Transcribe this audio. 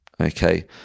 okay